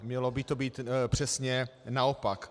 Mělo by to být přesně naopak.